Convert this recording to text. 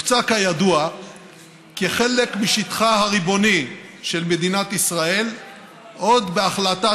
הוקצה כידוע כחלק משטחה הריבוני של מדינת ישראל עוד בהחלטת